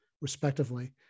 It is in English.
respectively